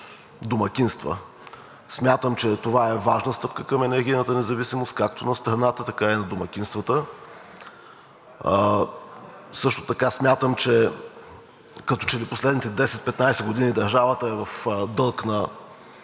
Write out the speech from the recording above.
Смятам, че това е важна стъпка към енергийната независимост както на страната, така и на домакинствата. Също така смятам, че като че ли последните 10 – 15 години държавата е в дъното на